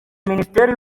minisiteri